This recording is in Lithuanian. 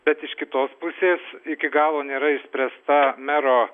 bet iš kitos pusės iki galo nėra išspręsta mero